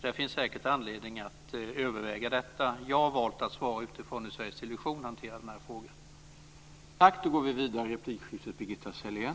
Det finns säkert anledning att överväga detta. Jag har valt att svara utifrån hur Sveriges Television hanterar frågan.